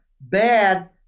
Bad